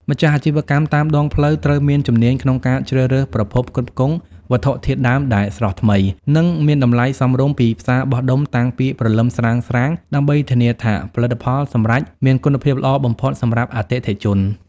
ម្ចាស់អាជីវកម្មតាមដងផ្លូវត្រូវមានជំនាញក្នុងការជ្រើសរើសប្រភពផ្គត់ផ្គង់វត្ថុធាតុដើមដែលស្រស់ថ្មី និងមានតម្លៃសមរម្យពីផ្សារបោះដុំតាំងពីព្រលឹមស្រាងៗ ដើម្បីធានាថាផលិតផលសម្រេចមានគុណភាពល្អបំផុតសម្រាប់អតិថិជន។